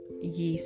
yeast